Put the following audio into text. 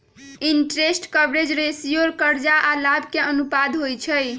interest coverage ratio करजा आऽ लाभ के अनुपात होइ छइ